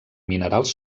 minerals